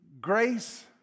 grace